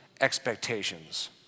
expectations